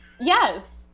Yes